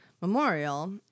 memorial